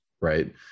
right